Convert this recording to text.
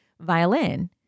violin